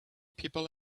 people